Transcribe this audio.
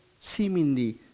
seemingly